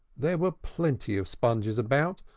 there were plenty of sponges about,